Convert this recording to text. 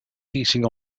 heating